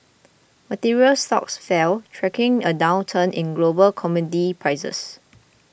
materials stocks fell tracking a downturn in global commodity prices